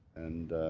and